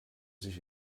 sich